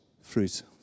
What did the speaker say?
fruit